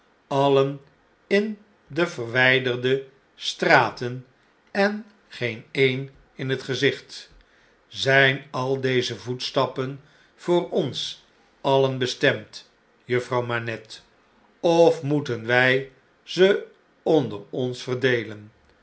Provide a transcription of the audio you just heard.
alien in de verwij derde straten en geen e'en in het gezicht zijn al deze voetstappen voor ons alien bestemd juffrouw manette of moeten wfl ze onder ons verdeelen